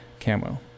camo